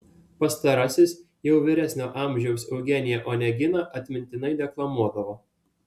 pastarasis jau vyresnio amžiaus eugeniją oneginą atmintinai deklamuodavo